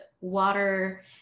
water